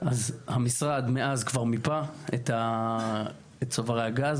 המשרד מאז כבר מיפה את צוברי הגז,